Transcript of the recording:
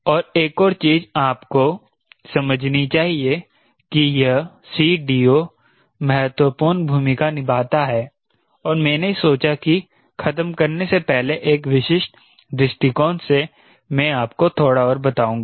और एक और चीज आपको समझनी चाहिए कि यह CDO महत्वपूर्ण भूमिका निभाता है और मैंने सोचा कि ख़तम करने से पहले एक विशिष्ट दृष्टिकोण से मे आपको थोड़ा और बताऊंगा